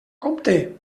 compte